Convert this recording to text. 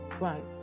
right